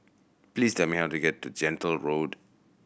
please tell me how to get to Gentle Road